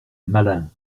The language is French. malin